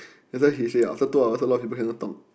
that's why usually after two hours a lot of people cannot talk